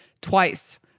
twice